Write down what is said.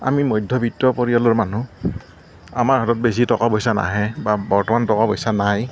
আমি মধ্যবৃত্ত পৰিয়ালৰ মানুহ আমাৰ হাতত বেছি টকা পইচা নাহে বা বৰ্তমান টকা পইচা নাই